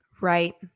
Right